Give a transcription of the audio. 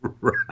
Right